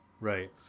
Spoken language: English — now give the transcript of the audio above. Right